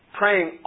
praying